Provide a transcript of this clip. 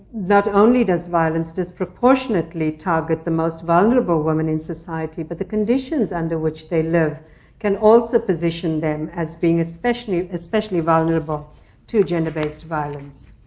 not only does violence disproportionately target the most vulnerable women in society, but the conditions under which they live can also position them as being especially, especially vulnerable to gender-based violence.